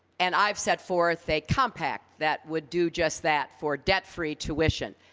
and i have set forth a compact that would do just that for debt-free tuition.